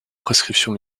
prescription